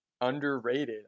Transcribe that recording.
underrated